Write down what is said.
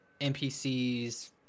NPCs